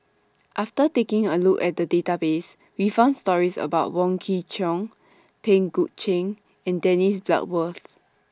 after taking A Look At The Database We found stories about Wong Kwei Cheong Pang Guek Cheng and Dennis Bloodworth